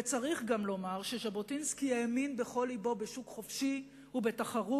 וצריך גם לומר שז'בוטינסקי האמין בכל לבו בשוק חופשי ובתחרות,